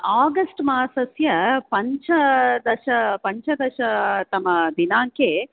August मासस्य पञ्चदश पञ्चदशतमदिनाङ्के